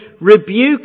rebuke